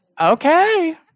Okay